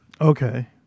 Okay